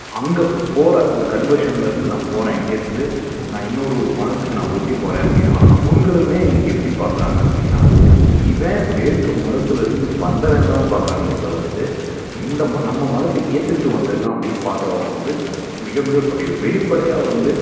அங்கே பு போகிற ஒரு கன்வெர்ஷன்ல இருந்து நான் போகிறேன் இங்கேயிருந்து நான் இன்னோரு ஒரு மதத்துக்கு நான் ஒட்டி போகிறேன் அப்படின்னா அவங்களுமே இன்னைக்கு எப்படி பார்க்கறாங்க அப்படின்னா இவன் வேற்று மதத்தில் இருந்து வந்தவன் தான்னு பார்க்கறாங்களே தவிர்த்து இந்த ம நம்ம மதத்தை ஏற்றுக்கிட்டு வந்திருக்கான் அப்படின் பார்க்கறவுங்க வந்து மிக மிக குறைவு வெளிப்படையாக வந்து